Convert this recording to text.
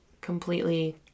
Completely